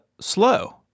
slow